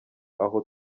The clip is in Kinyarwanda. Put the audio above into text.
aho